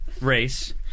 race